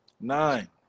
nine